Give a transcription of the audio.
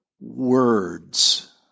words